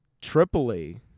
tripoli